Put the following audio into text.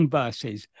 verses